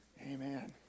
Amen